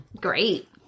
Great